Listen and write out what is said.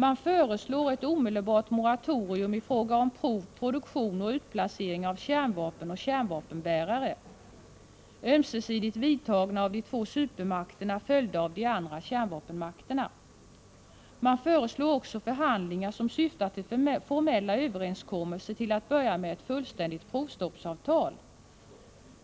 Man föreslår ett omedelbart moratorium i fråga om prov, produktion och utplacering av kärnvapen och kärnvapenbärare, ömsesidigt vidtagna av de två supermakterna. Åtgärderna skall sedan vidtas av de andra kärnvapenmakterna. Man föreslår också förhandlingar som syftar till formella överenskommelser, till att börja med ett avtal om ett fullständigt provstopp.